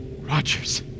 Rogers